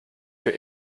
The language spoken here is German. für